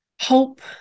hope